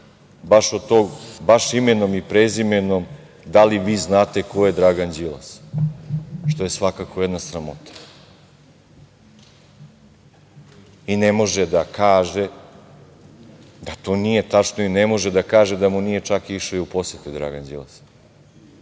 baš imenom i prezimenom – da li vi znate ko je Dragan Đilas, što je svakako jedna sramota. I ne može da kaže da to nije tačno i ne može da kaže da mu nije čak išao i u posete Dragan Đilas.